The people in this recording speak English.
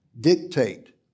dictate